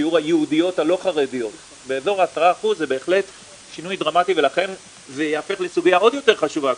כי בין השאר הייתי יו"ר ועדת המשנה של כלכלה ותעסוקה בוועדת